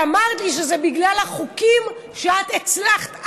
ואמרת לי שזה בגלל החוקים שאת הצלחת,